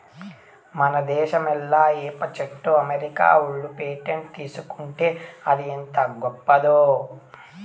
మన దేశంలా ఏప చెట్టుకి అమెరికా ఓళ్ళు పేటెంట్ తీసుకుంటే అది ఎంత గొప్పదో